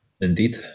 Indeed